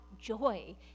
joy